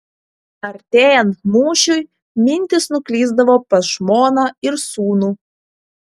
artėjant mūšiui mintys nuklysdavo pas žmoną ir sūnų